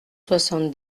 soixante